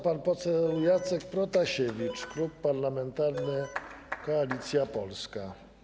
Pan poseł Jacek Protasiewicz, Klub Parlamentarny Koalicja Polska.